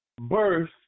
birth